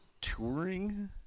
touring